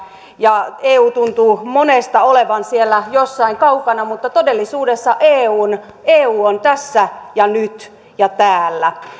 ja eu tuntuu monesta olevan siellä jossain kaukana mutta todellisuudessa eu on tässä ja nyt ja täällä